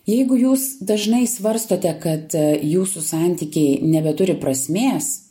jeigu jūs dažnai svarstote kad jūsų santykiai nebeturi prasmės